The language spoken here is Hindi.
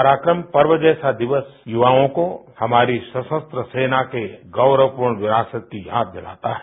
पराक्रम पर्व जैसा दिवस युवाओं को हमारी सशस्त्र सेना के गौरवपूर्ण विरासत की याद दिलाता है